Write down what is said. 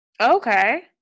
Okay